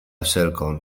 wszelką